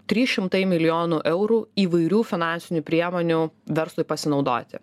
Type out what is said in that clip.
trys šimtai milijonų eurų įvairių finansinių priemonių verslui pasinaudoti